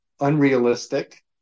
unrealistic